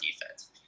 defense